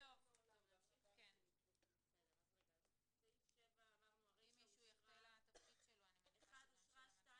אז סעיף 7 (1) אושר,